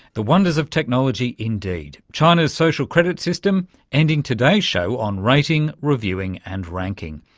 the wonders of technology indeed. china's social credit system ending today's show on rating, reviewing and ranking.